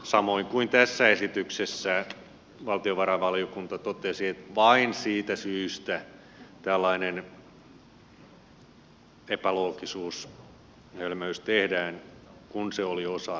samoin kuin tässä esityksessä valtiovarainvaliokunta totesi että vain siitä syystä tällainen epäloogisuus hölmöys tehdään kun se oli osa tätä työmarkkinaratkaisua